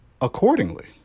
accordingly